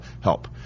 Help